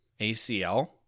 ACL